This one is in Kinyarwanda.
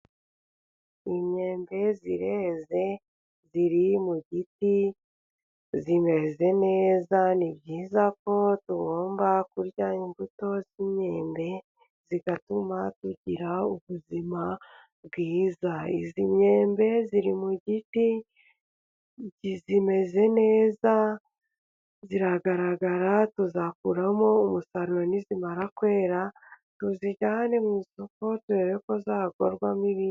Inyembe ireze iri mu giti imeze neza, ni byiza ko tugomba kurya imbuto z'imyembe zigatuma tugira ubuzima bwiza. Iyi myembe iri mu giti, imeze neza iragaragara, tuzakuramo umusaruro nimara kwera tuyijyane mu isoko turebe ko hagurwamo ibindi.